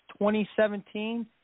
2017